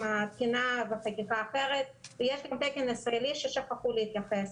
תקינה וחקיקה אחרת ויש גם תקן ישראלי ששכחו להתייחס.